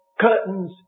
curtains